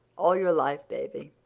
all your life, davy,